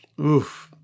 oof